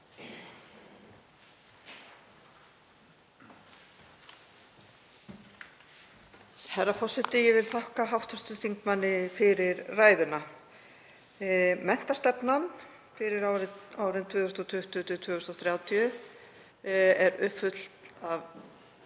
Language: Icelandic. Herra forseti. Ég vil þakka hv. þingmanni fyrir ræðuna. Menntastefnan fyrir árin 2020–2030 er uppfull af